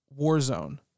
warzone